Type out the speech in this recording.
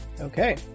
Okay